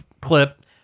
clip